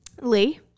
Lee